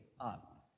up